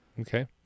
Okay